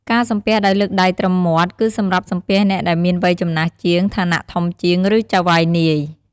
ការសំពះដោយលើកដៃត្រឹមមាត់ គឺសម្រាប់សំពះអ្នកដែលមានវ័យចំណាស់ជាង ឋានៈធំជាង ឬជាចៅហ្វាយនាយ។